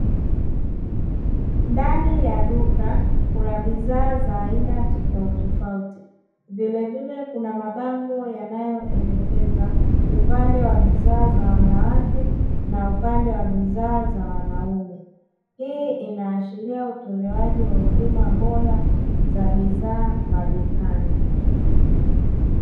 Ndani ya duka la bidhaa za aina tofauti tofauti vile vile kuna mabango yanayoelekeza upande wa bidhaa za wanawake na upande wa bidhaa za wanaume; hii inaashiria utolewaji wa huduma bora za bidhaa madukani.